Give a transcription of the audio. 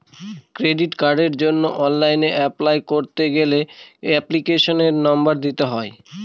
credit কার্ডের জন্য online apply করতে গেলে এপ্লিকেশনের নম্বর দিতে হয়